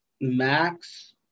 max